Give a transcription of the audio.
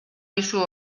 dizu